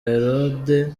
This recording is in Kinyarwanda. herode